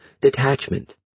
detachment